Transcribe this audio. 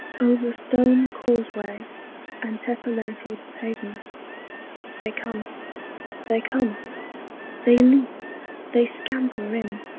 over stone causeway and tessellated pavement they come they come they leap they scamper in,